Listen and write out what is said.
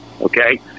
okay